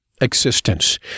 Existence